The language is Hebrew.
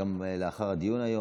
גם לאחר הדיון היום,